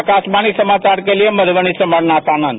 आकाशवाणी समाचार के लिए मधुबनी से अमरनाथ आनंद